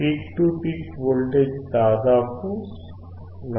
peak to peak voltage దాదాపు 4